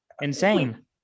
Insane